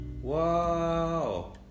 Wow